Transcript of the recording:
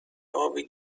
آبی